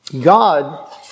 God